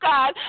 God